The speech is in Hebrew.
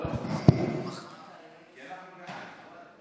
כי אנחנו בעד,